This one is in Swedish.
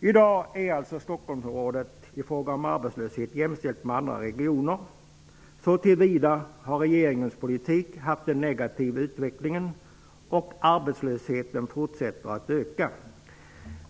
I dag är alltså Stockholmsområdet i fråga om arbetslöshet jämställt med andra regioner. Så till vida har regeringens politik medfört en negativ utveckling. Arbetslösheten fortsätter att öka.